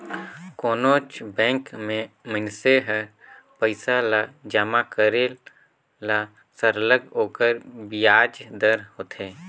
कोनोच बंेक में मइनसे हर पइसा ल जमा करेल त सरलग ओकर बियाज दर होथे